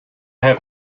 have